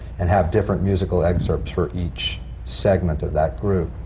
and have different musical excerpts for each segment of that group.